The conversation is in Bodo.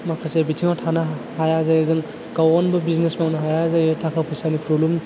माखासे बिथिंआव थानो हाया जायो जों गाव गावनो बिजिनेस मावनो हाया हाया जायो थाखा फैसानि प्रब्लेम